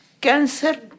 cancer